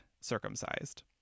circumcised